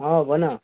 हौ भन